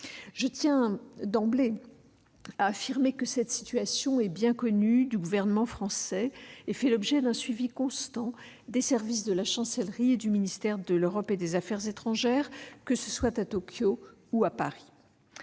Je tiens d'emblée à affirmer que cette situation est bien connue du Gouvernement et fait l'objet d'un suivi constant des services de la Chancellerie et du ministère de l'Europe et des affaires étrangères, que ce soit à Tokyo ou à Paris.